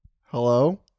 Hello